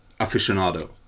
aficionado